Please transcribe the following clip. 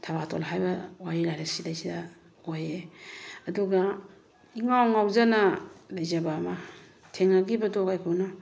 ꯊꯕꯥꯇꯣꯟ ꯍꯥꯏꯔꯤꯕ ꯋꯥꯔꯤ ꯂꯥꯏꯔꯤꯛꯁꯤꯗꯩꯁꯤꯗ ꯑꯣꯏꯌꯦ ꯑꯗꯨꯒ ꯏꯉꯥꯎ ꯉꯥꯎꯖꯅ ꯂꯩꯖꯕ ꯑꯃ ꯊꯦꯡꯅꯈꯤꯕꯗꯣ ꯀꯥꯏꯀꯨꯅ